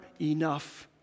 enough